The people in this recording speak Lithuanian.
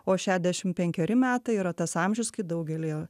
o šiadešim penkeri metai yra tas amžius kai daugelyje